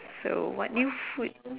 so what new food